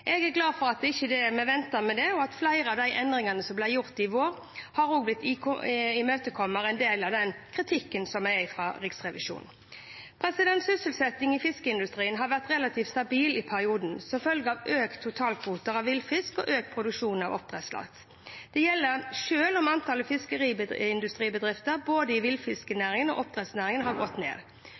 Jeg er glad for at vi ikke ventet med det, og at flere av de endringene som ble gjort i vår, også imøtekommer en del av kritikken fra Riksrevisjonen. Sysselsetting i fiskeindustrien har vært relativt stabil i perioden som følge av økt totalkvote av villfisk og økt produksjon av oppdrettslaks. Det gjelder selv om antall fiskeriindustribedrifter i både villfisknæringen og oppdrettsnæringen har gått ned.